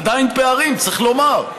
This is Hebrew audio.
עדיין פערים, צריך לומר,